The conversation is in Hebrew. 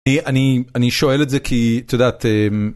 אני אני שואל את זה כי את יודעת.